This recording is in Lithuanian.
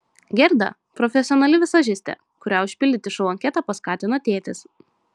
gerda profesionali vizažistė kurią užpildyti šou anketą paskatino tėtis